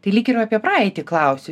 tai lyg ir apie praeitį klausiu